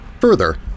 Further